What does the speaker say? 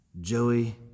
Joey